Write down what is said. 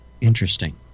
Interesting